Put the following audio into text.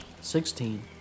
Sixteen